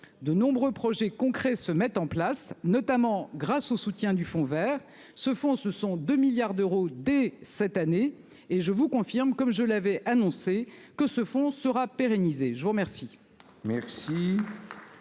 de nombreux projets concrets se mettent en place, notamment grâce au soutien du Fonds Vert se font, ce sont 2 milliards d'euros dès cette année et je vous confirme comme je l'avais annoncé que ce fonds sera pérennisé. Je vous remercie.